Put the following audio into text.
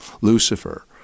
Lucifer